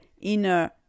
inner